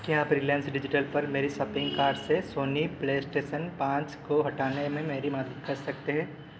क्या आप Reliance Digital पर मेरे शॉपिन्ग कार्ट से सोनी प्लेस्टेशन पाँच को हटाने में मेरी मदद कर सकते हैं